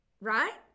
Right